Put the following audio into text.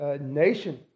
nation